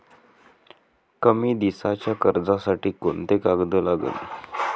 कमी दिसाच्या कर्जासाठी कोंते कागद लागन?